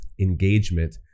engagement